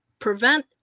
Prevent